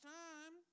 time